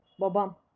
babam